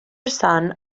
son